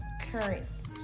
current